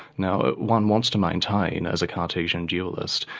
now one wants to maintain, as a cartesian dualist,